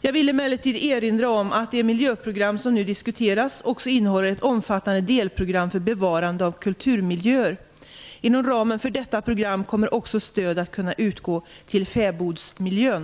Jag vill emellertid erinra om att det miljöprogram som nu diskuteras också innehåller ett omfattande delprogram för bevarandet av kulturmiljöer. Inom ramen för detta program kommer också stöd att kunna utgå till fäbodsmiljön.